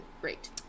great